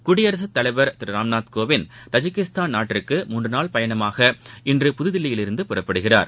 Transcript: குடியரசுத் தலைவர் திருராம்நாத் கோவிந்த் தஜிகிஸ்தான் நாட்டிற்கு மூன்றுநாள் பயணமாக இன்று புதுதில்லியிலிருந்து புறப்படுகிறார்